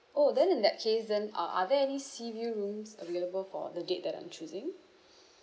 oh then in that case then uh are there any sea view rooms available for the date that I'm choosing